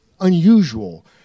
unusual